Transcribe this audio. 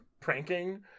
pranking